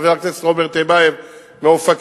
וחבר הכנסת רוברט טיבייב מאופקים,